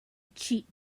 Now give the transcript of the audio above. cheat